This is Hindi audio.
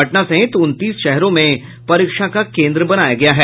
पटना सहित उनतीस शहरों में परीक्षा का केंद्र बनाया गया है